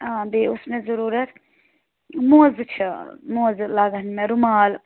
آ بیٚیہِ اوس مےٚ ضروٗرَت موزٕ چھِ موزٕ لَگن رُمال